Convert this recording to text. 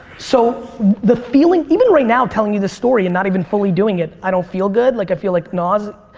so the feeling even right now telling you this story and not even fully doing it i don't feel good. like i feel like nauseated.